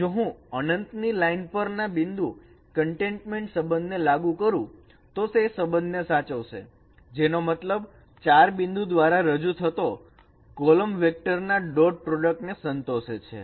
જો હું અનંત ની લાઇન પર ના બિંદુ કન્ટેનમેન્ટ સંબંધ ને લાગુ કરું તો તે સંબંધને સાચવશે જેનો મતલબ 4 બિંદુ દ્વારા રજુ થતો કોલમ વેક્ટર ના ડોટ પ્રોડક્ટ ને સંતોષે છે